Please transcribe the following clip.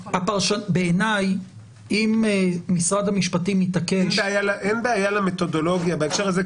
בעיניי אם משרד המשפטים יתעקש --- אין בעיה למתודולוגיה בהקשר הזה,